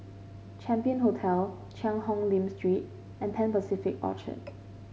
Champion Hotel Cheang Hong Lim Street and Pan Pacific Orchard